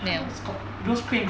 它们 got those crane